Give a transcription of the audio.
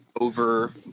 over